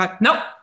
nope